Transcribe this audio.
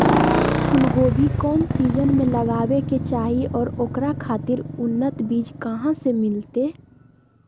फूलगोभी कौन सीजन में लगावे के चाही और ओकरा खातिर उन्नत बिज कहा से मिलते?